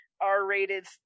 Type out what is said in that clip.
r-rated